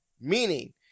Meaning